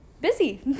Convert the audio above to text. busy